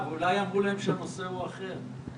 אולי אמרו להם שהנושא הוא אחר.